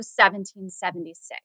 1776